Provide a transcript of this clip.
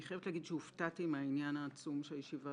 אני חייבת להגיד שהופתעתי מהעניין העצום שהישיבה